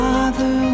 Father